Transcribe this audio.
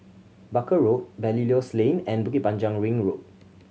Barker Road Belilios Lane and Bukit Panjang Ring Road